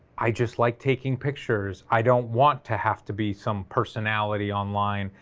i just like taking pictures, i don't want to have to be some personality online,